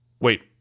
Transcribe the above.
wait